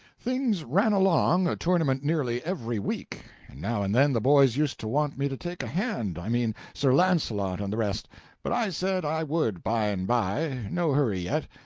things ran along, a tournament nearly every week and now and then the boys used to want me to take a hand i mean sir launcelot and the rest but i said i would by and by no hurry yet,